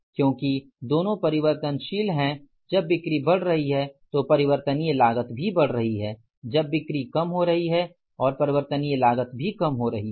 क्योंकि दोनों परिवर्तनशील हैं जब बिक्री बढ़ रही है तो परिवर्तनीय लागत भी बढ़ रही है जब बिक्री कम हो रही है और परिवर्तनीय लागत भी कम हो रही है